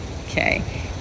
okay